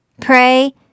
Pray